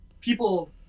people